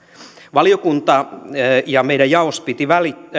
valiokunta ja meidän jaostomme piti